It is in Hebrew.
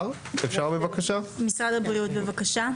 משרד הבריאות בבקשה.